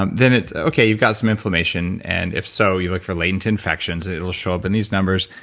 um then it's okay, you've got some inflammation and if so, you look for latent infections, it'll show up in these numbers.